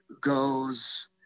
goes